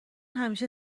همیشه